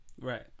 Right